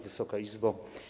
Wysoka Izbo!